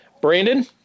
Brandon